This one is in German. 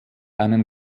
einen